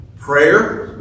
Prayer